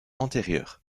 antérieure